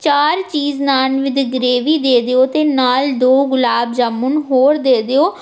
ਚਾਰ cheese naan with gravy ਦੇ ਦਿਓ ਅਤੇ ਨਾਲ਼ ਦੋ ਗੁਲਾਬ ਜਾਮੁਨ ਹੋਰ ਦੇ ਦਿਓ